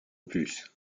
plus